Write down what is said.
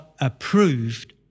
approved